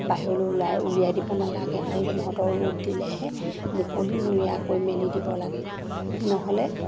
বাহিৰলৈ ওলাই উলিয়াই দিব নালাগে আৰু সিহঁত ৰ'দ দিলেহে মুকলিমূৰীয়াকৈ মেলি দিব লাগে নহ'লে